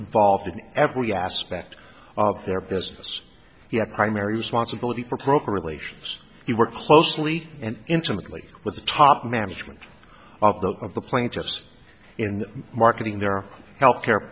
involved in every aspect of their business he had primary responsibility for procure relations he worked closely and intimately with the top management of the of the plaintiffs in marketing their healthcare